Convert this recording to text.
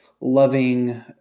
loving